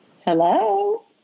Hello